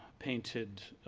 painted,